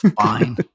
Fine